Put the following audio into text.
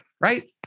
right